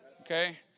Okay